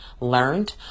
learned